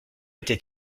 été